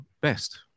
best